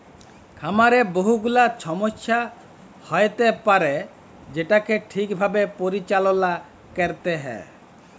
খামারে বহু গুলা ছমস্যা হ্য়য়তে পারে যেটাকে ঠিক ভাবে পরিচাললা ক্যরতে হ্যয়